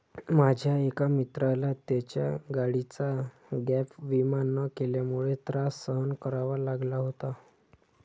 माझ्या एका मित्राला त्याच्या गाडीचा गॅप विमा न केल्यामुळे त्रास सहन करावा लागला होता